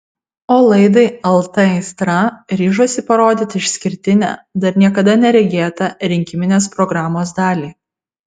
o laidai lt aistra ryžosi parodyti išskirtinę dar niekada neregėtą rinkiminės programos dalį